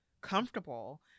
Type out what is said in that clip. Comfortable